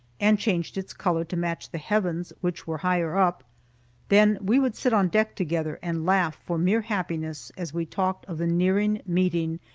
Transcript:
and changed its color to match the heavens, which were higher up then we would sit on deck together, and laugh for mere happiness as we talked of the nearing meeting,